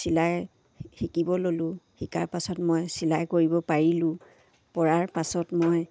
চিলাই শিকিব ল'লোঁ শিকাৰ পাছত মই চিলাই কৰিব পাৰিলোঁ পৰাৰ পাছত মই